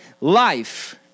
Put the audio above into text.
life